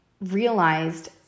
realized